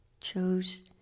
chose